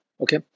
Okay